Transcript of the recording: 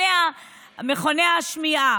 מכוני השמיעה,